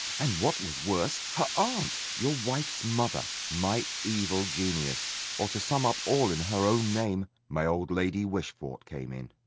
and what was worse, her aunt, your wife's mother, my evil genius or to sum up all in her own name, my old lady wishfort came in.